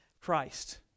Christ